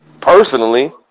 Personally